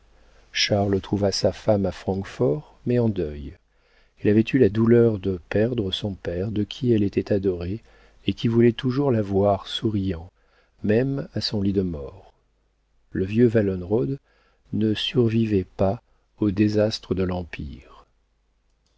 charles trouva sa femme à francfort mais en deuil elle avait eu la douleur de perdre son père de qui elle était adorée et qui voulait toujours la voir souriant même à son lit de mort le vieux wallenrod ne survivait pas aux désastres de l'empire